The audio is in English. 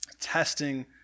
testing